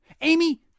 amy